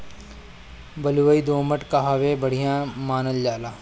बलुई दोमट काहे बढ़िया मानल जाला?